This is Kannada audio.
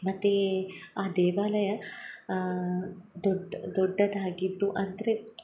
ಮತ್ತು ಆ ದೇವಾಲಯ ದೊಡ್ಡ ದೊಡ್ಡದಾಗಿದ್ದು ಅಂದರೆ